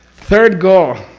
third goal